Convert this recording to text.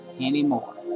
anymore